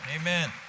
Amen